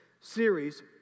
series